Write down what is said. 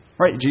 Right